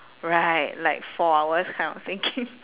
right like four hours kind of thinking